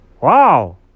Wow